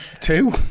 two